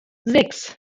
sechs